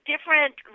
Different